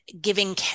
giving